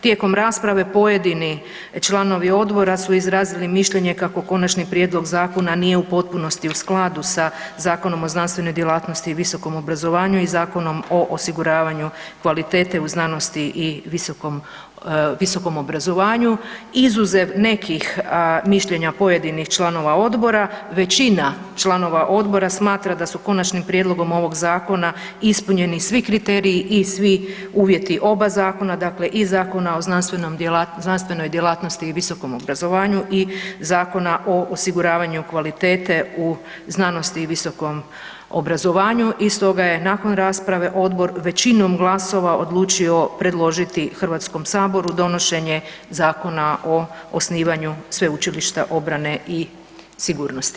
Tijekom rasprave, pojedini članovi odbora su izrazili mišljenje kako konačni prijedlog zakona nije u potpunosti u skladu sa Zakonom o znanstvenoj djelatnosti i visokom obrazovanju i Zakonom o osiguravanju kvalitete u znanosti i visokom obrazovanju, izuzev nekih mišljenja pojedinih članova Odbora, većina članova Odbora smatra da su konačnim prijedlogom ovog zakona ispunjeni svi kriteriji i svi uvjeti oba zakona, dakle i Zakona o znanstvenoj djelatnosti i visokom obrazovanju i Zakona o osiguravanju kvalitete u znanosti i visokom obrazovanju i stoga je nakon rasprave Odbor većinom glasova odlučio predložiti HS-u donošenje Zakona o osnivanju Sveučilišta obrane i sigurnosti.